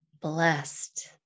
blessed